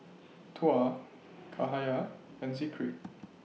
Tuah Cahaya and Zikri